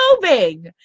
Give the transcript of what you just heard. moving